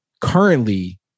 currently